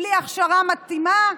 בלי הכשרה מתאימה,